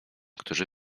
którzy